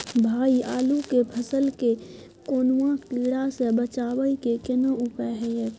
भाई आलू के फसल के कौनुआ कीरा से बचाबै के केना उपाय हैयत?